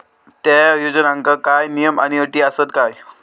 त्या योजनांका काय नियम आणि अटी आसत काय?